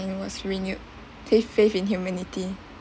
was renewed faith in humanity